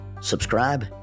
subscribe